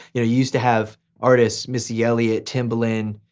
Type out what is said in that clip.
you know used to have artists, missy elliot, timbaland,